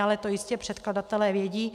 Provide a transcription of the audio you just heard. Ale to jistě předkladatelé vědí.